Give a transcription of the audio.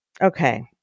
Okay